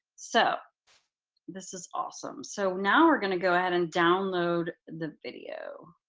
so this is awesome. so now we're going to go ahead and download the video.